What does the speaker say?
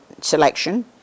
selection